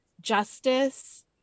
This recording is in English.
justice